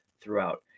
throughout